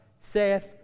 saith